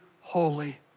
holy